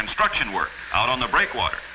construction work out on the break water